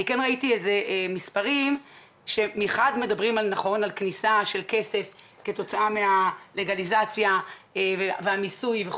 ראיתי מספרים שמחד מדברים על כניסה של כסף כתוצאה מהלגליזציה והמיסוי,